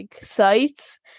sites